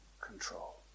control